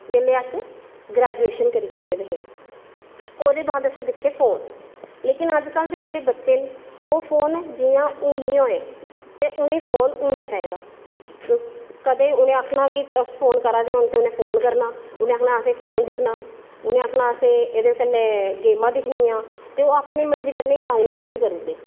जेल्लै अस ग्रेजूएशन करी चुके दे हे ओह्दे बाद असें दिक्खेआ फोन लेकिन अज्जकल दे जेह्ड़े बच्चे न ओह् जियां फोन हून ई होये उनें फोन हून गै चाहिदा ते कदें उनें आक्खना की कदें उनें फोन करना उनें आक्खना असें फोन दिक्खना उनें आक्खना की असें एह्दे कन्नै गेमां दिक्खनी आं ते ओह् अपनी मर्जी कन्नै गेमां डाऊनलोड़ बी करी ओड़दे